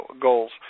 goals